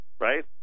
right